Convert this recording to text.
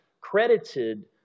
credited